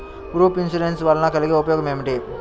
Group insurance వలన కలిగే ఉపయోగమేమిటీ?